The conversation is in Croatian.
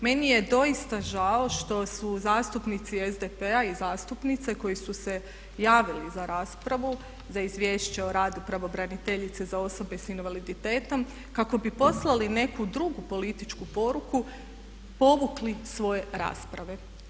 Meni je doista žao što su zastupnici SDP-a i zastupnice koje su se javile za raspravu za Izvješće o radu pravobraniteljice za osobe sa invaliditetom kako bi poslali neku drugu političku poruku povukli svoje rasprave.